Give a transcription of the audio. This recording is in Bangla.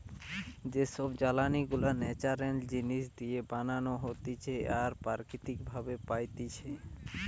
যে সব জ্বালানি গুলা ন্যাচারাল জিনিস দিয়ে বানানো হতিছে আর প্রকৃতি প্রভাব পাইতিছে